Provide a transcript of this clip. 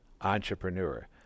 Entrepreneur